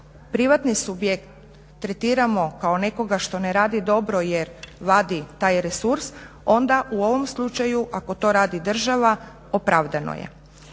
privatni subjekt tretiramo kao nekoga što ne radi dobro jer vadi taj resurs onda u ovom slučaju ako to radi država opravdano je.